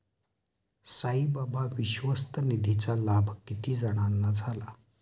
साईबाबा विश्वस्त निधीचा लाभ किती जणांना झाला?